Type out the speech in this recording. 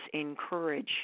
encourage